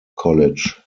college